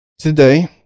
today